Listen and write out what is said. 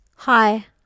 Hi